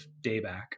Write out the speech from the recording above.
Dayback